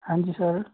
ਹਾਂਜੀ ਸਰ